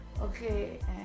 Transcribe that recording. okay